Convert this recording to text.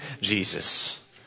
Jesus